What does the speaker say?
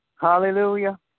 Hallelujah